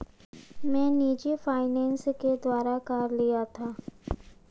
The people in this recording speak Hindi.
मैं निजी फ़ाइनेंस के द्वारा कार लिया था